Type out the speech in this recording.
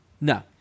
No